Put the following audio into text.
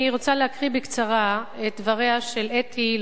אני רוצה לקרוא בקצרה את דבריה של אתי,